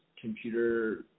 computer